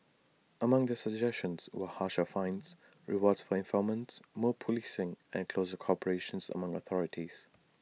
among their suggestions are harsher fines rewards for informants more policing and closer cooperations among the authorities